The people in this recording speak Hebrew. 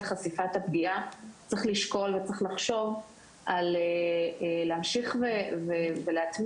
חשיפת הפגיעה צריך לשקול וצריך לחשוב על להמשיך ולהטמיע